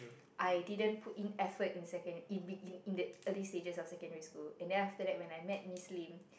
I didn't put in effort in second in in the early stages of secondary school and then after that when I met Miss Lim